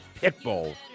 Pitbull